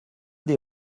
des